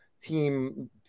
team